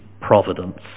providence